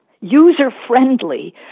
user-friendly